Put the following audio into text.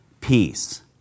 Peace